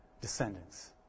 descendants